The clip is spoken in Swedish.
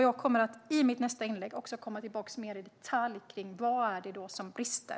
Jag får i mitt nästa inlägg återkomma mer i detalj till vad det är som brister.